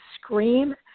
scream